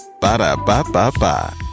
Ba-da-ba-ba-ba